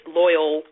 loyal